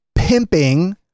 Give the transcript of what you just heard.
pimping